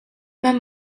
men